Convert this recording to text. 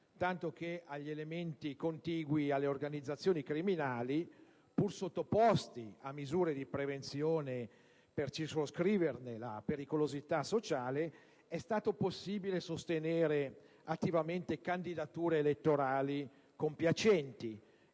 tanto che agli elementi contigui alle organizzazioni criminali, pur sottoposti a misure di prevenzione per circoscriverne la pericolosità sociale, è stato possibile sostenere attivamente candidature elettorali compiacenti,